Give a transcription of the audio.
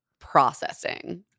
processing